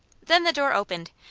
then the door opened,